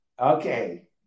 Okay